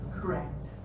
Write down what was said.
Correct